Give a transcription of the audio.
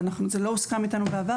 וזה לא הוסכם איתנו בעבר.